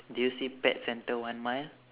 do you see pet centre one mile